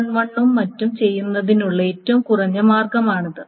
S11 ഉം മറ്റും ചെയ്യുന്നതിനുള്ള ഏറ്റവും കുറഞ്ഞ മാർഗ്ഗമാണിത്